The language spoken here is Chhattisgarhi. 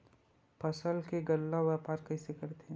फसल के गल्ला व्यापार कइसे करथे?